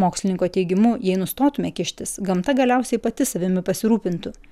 mokslininko teigimu jei nustotume kištis gamta galiausiai pati savimi pasirūpintų